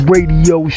Radio